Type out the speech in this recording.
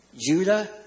Judah